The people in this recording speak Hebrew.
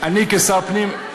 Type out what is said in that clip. אני כשר פנים,